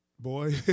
Boy